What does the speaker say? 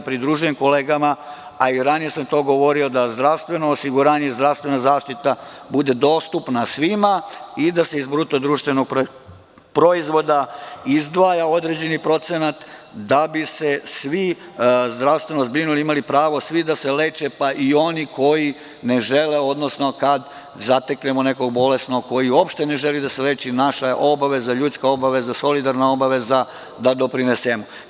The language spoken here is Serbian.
Pridružujem se kolegama, a i ranije sam to govorio, da zdravstveno osiguranje i zdravstvena zaštita bude dostupna svima i da se iz BDP-a izdvaja određeni procenat da bi se svi zdravstveno zbrinuli, imali pravo svi da se leče, pa i oni koji ne žele, odnosno kad zateknemo nekog bolesnog koji uopšte ne želi da se leči, naša je ljudska obaveza, solidarna obaveza da doprinesemo.